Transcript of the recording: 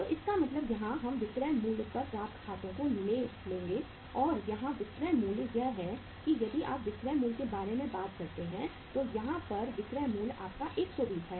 तो इसका मतलब यहाँ हम विक्रय मूल्य पर प्राप्त खातों को ले लेंगे और यहाँ विक्रय मूल्य यह है कि यदि आप विक्रय मूल्य के बारे में बात करते हैं तो यहाँ पर विक्रय मूल्य आपका 120 है